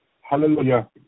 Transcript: Hallelujah